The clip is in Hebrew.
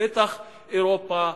וודאי אירופה,